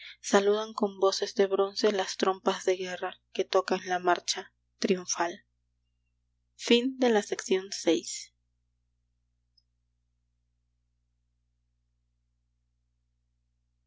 saludan con voces de bronce las trompas de guerra que tocan la marcha triunfal